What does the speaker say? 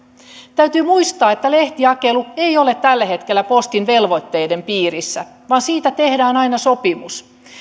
täytyy muistaa että lehtijakelu ei ole tällä hetkellä postin velvoitteiden piirissä vaan siitä tehdään aina sopimus